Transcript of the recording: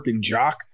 jock